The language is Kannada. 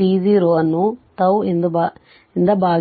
t0 ಅನ್ನು τ ರಿಂದ ಭಾಗಿಸುತ್ತದೆ